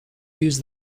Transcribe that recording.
use